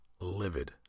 Livid